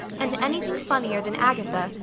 and anything funnier than agatha,